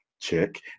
Check